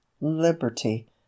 Liberty